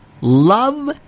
love